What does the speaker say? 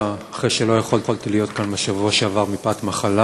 אחרי שלא יכולתי להיות כאן בשבוע שעבר מפאת מחלה.